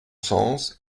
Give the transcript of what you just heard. sens